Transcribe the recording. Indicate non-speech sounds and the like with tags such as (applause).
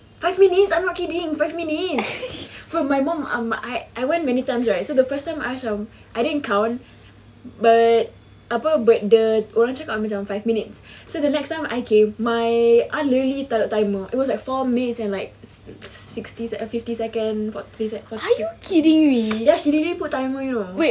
five minutes I'm not kidding five minutes for my mum I I went many times right so the first time I macam I didn't count but apa but the orang cakap macam five minutes so the next time I came my aunt really taruk timer it was like four minutes and like sixty~ uh fifty seconds four three (noise) ya she really put timer you know